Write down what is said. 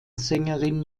sängerin